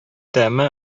тәме